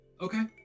okay